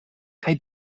kaj